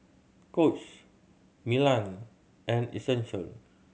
Coach Milan and Essential